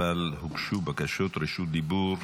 אבל הוגשו בקשות רשות דיבור.